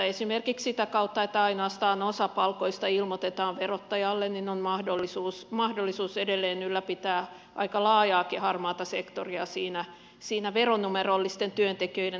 esimerkiksi sitä kautta että ainoastaan osa palkoista ilmoitetaan verottajalle on mahdollisuus edelleen ylläpitää aika laajaakin harmaata sektoria siinä veronumerollisten työntekijöiden ohessa